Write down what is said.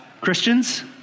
Christians